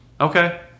okay